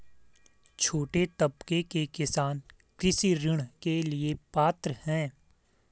छोटे तबके के किसान कृषि ऋण के लिए पात्र हैं?